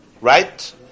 Right